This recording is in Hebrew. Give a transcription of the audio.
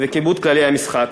וכיבוד כללי המשחק.